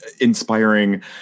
inspiring